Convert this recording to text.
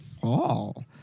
fall